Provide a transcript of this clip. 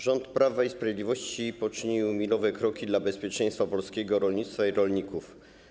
Rząd Prawa i Sprawiedliwości poczynił milowe kroki dla bezpieczeństwa polskiego rolnictwa i rolników.